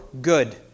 good